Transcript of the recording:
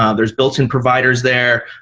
um there's built-in providers there.